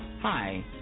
Hi